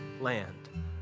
land